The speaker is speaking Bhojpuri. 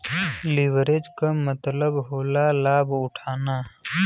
लिवरेज के मतलब होला लाभ उठाना